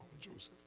Joseph